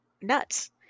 Nuts